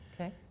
Okay